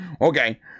Okay